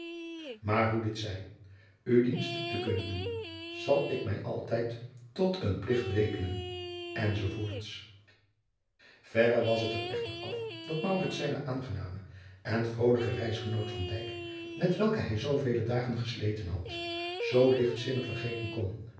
lijnslager hoe dit zij u dienst te kunnen doen zal ik mij altijd tot een pligt rekenen enz verre was er het echter af dat maurits zijnen aangenamen en vrolijken reisgenoot van dijk met welken hij zoovele dagen gesleten had zoo ligtzinnig vergeten kon